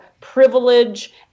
privilege